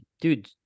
dude